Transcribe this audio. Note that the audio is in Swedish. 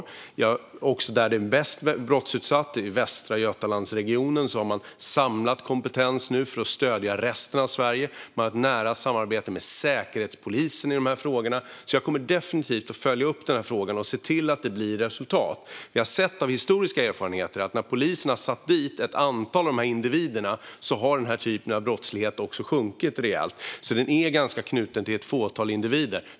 I Västra Götalandsregionen, som är mest brottutsatt i fråga om detta, har man nu samlat kompetens för att stödja resten av Sverige. Man har ett nära samarbete med Säkerhetspolisen i dessa frågor. Jag kommer därför definitivt att följa upp denna fråga och se till att det blir resultat. Historiska erfarenheter har visat att när polisen har satt dit ett antal av dessa individer har denna typ av brottslighet också sjunkit rejält. Den är alltså ganska knuten till ett fåtal individer.